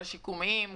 השיקומיים,